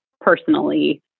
personally